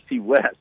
West